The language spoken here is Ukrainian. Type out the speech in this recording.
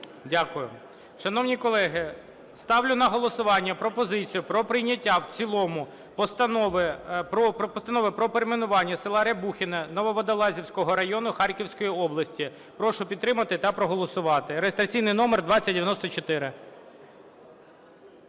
Дякую. Шановні колеги, ставлю на голосування пропозицію про прийняття в цілому Постанови про перейменування села Рябухине Нововодолазького району Харківської області. Прошу підтримати та проголосувати. Реєстраційний номер 2094.